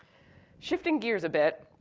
shifting gears a bit,